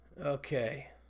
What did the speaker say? Okay